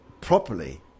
properly